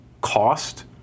cost